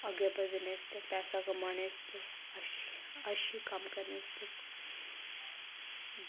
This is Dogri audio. अग्गें बधने आस्तै पैसा कमाने आस्तै अच्छे अच्छे कम्म करने आस्तै